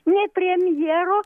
nei premjero